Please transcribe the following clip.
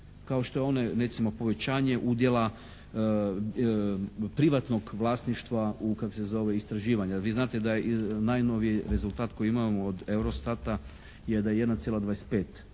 kao što je onaj recimo povećanje udjela privatnog vlasništva u istraživanja, jer vi znate da je najnoviji rezultat koji imamo od Eurostata je da je 1,25%